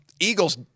Eagles –